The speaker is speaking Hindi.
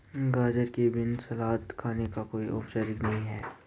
गाजर के बिना सलाद खाने का कोई औचित्य नहीं है